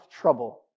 trouble